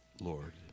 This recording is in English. Lord